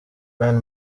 bayern